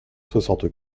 soixante